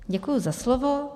Děkuji za slovo.